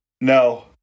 No